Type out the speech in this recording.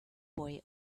boy